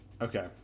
Okay